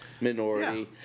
minority